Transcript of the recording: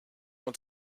want